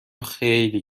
خیلی